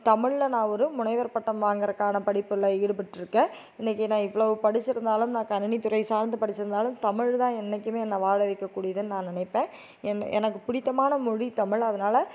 தமிழில் நான் ஒரு முனைவர் பட்டம் வாங்குறக்கான படிப்புள்ள ஈடுபட்டுருக்கேன் இன்னைக்கு நான் இவ்வளோ படிச்சுருந்தாலும் நான் கணினி துறை சார்ந்து படிச்சுருந்தாலும் தமிழ் தான் என்னைக்குமே என்ன வாழ வைக்க கூடியதுன்னு நான் நினைப்பேன் என்ன எனக்கு பிடித்தமான மொழி தமிழ் அதனால்